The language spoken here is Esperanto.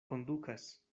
kondukas